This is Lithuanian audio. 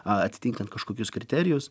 atitinkant kažkokius kriterijus